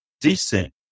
decent